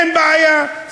אין בעיה,